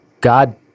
God